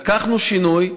עשינו שינוי,